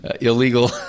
illegal